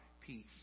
peace